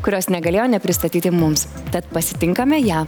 kurios negalėjo nepristatyti mums tad pasitinkame ją